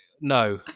No